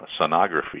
sonography